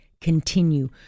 continue